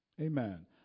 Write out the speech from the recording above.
Amen